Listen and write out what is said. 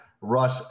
rush